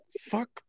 fuck